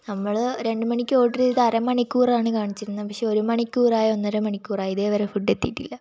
നമ്മൾ രണ്ട് മണിക്ക് ഓർഡറ് ചെയ്ത് അരമണിക്കൂറാണ് കാണിച്ചിരുന്നത് പക്ഷേ ഒരു മണിക്കൂറായി ഒന്നര മണിക്കൂറായി ഇതേവരെ ഫുഡെത്തിയിട്ടില്ല